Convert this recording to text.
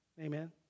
Amen